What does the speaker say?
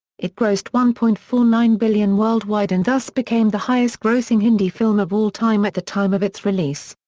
it grossed one point four nine billion worldwide and thus became the highest-grossing hindi film of all time at the time of its release.